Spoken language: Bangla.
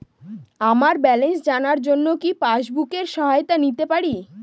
আমার ব্যালেন্স জানার জন্য কি পাসবুকের সহায়তা নিতে পারি?